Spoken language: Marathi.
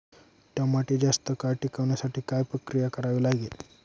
टमाटे जास्त काळ टिकवण्यासाठी काय प्रक्रिया करावी लागेल?